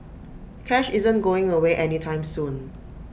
cash isn't going away any time soon